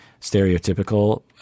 stereotypical